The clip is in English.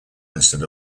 instead